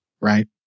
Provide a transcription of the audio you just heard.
right